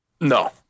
No